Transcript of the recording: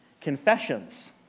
Confessions